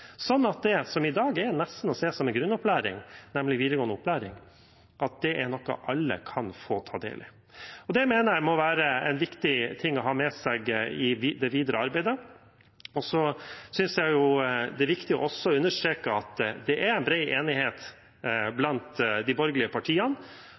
at det som i dag nesten er som en grunnopplæring, nemlig videregående opplæring, er noe alle kan få ta del i. Det mener jeg må være en viktig ting å ha med seg i det videre arbeidet. Jeg synes det er viktig å understreke at det er bred enighet